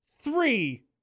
three